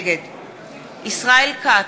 נגד ישראל כץ,